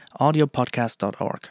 audiopodcast.org